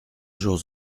jours